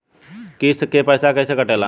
किस्त के पैसा कैसे कटेला?